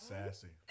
Sassy